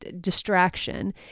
distraction